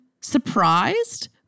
surprised